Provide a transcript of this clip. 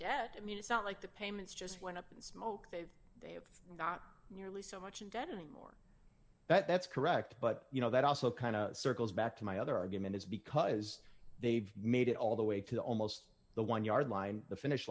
i mean it's not like the payments just went up in smoke they've they've not nearly so much in debt anymore that's correct but you know that also kind of circles back to my other argument is because they've made it all the way to almost the one yard line the finish